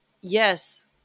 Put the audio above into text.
yes